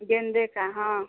गेंदे का हाँ